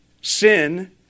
Sin